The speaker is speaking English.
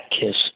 kiss